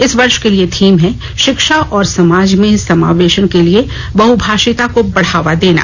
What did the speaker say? इस वर्ष के लिए थीम है शिक्षा और समाज में समावेशन के लिए बहभाषिता को बढ़ावा देना